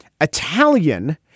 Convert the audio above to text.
Italian